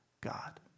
God